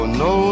no